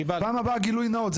בפעם הבאה גילוי נאות.